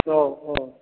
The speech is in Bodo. औ औ